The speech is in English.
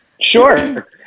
Sure